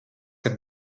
kad